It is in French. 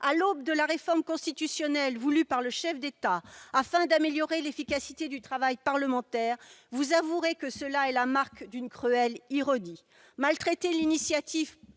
À l'aube de la réforme constitutionnelle voulue par le chef de l'État afin d'améliorer l'efficacité du travail parlementaire, vous avouerez que c'est la marque d'une cruelle ironie. En quoi maltraiter l'initiative